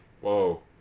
Whoa